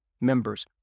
members